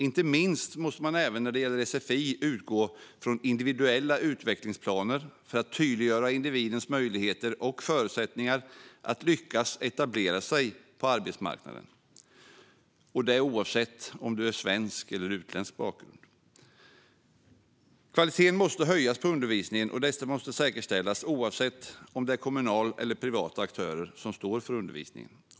Inte minst måste man även när det gäller sfi utgå från individuella utvecklingsplaner för att tydliggöra individens möjligheter och förutsättningar att lyckas etablera sig på arbetsmarknaden, detta oavsett om man har svensk eller utländsk bakgrund. Kvaliteten måste höjas på undervisningen, och detta måste säkerställas oavsett om det är kommunala eller privata aktörer som står för undervisningen.